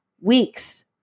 weeks